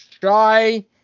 shy